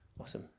Awesome